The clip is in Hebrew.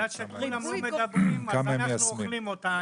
בגלל שכולם לא מדברים אז אנחנו אוכלים אותה.